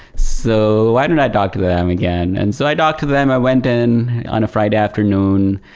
so why don't i talk to them again? and so i talked to them. i went in on a friday afternoon,